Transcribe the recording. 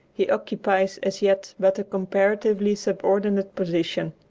he occupies as yet but a comparatively subordinate position.